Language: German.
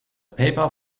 paper